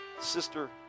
Sister